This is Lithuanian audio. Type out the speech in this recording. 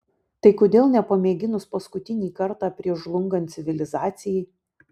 tai kodėl nepamėginus paskutinį kartą prieš žlungant civilizacijai